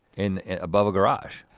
and above a garage.